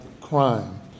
crime